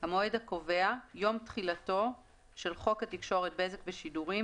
"המועד הקובע" יום תחילתו של חוק התקשורת (בזק ושידורים)